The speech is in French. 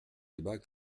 débats